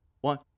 one